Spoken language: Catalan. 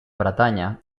bretanya